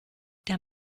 der